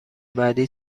بعدی